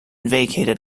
vacated